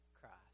Christ